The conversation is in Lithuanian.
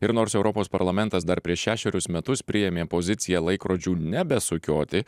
ir nors europos parlamentas dar prieš šešerius metus priėmė poziciją laikrodžių nebesukioti